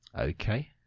Okay